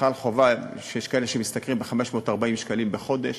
חיילי חובה, שיש כאלה שמשתכרים 540 בחודש,